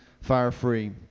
fire-free